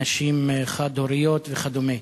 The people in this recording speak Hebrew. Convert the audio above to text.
נשים חד-הוריות וכדומה.